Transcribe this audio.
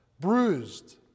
bruised